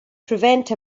prevent